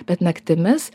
bet naktimis